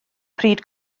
pryd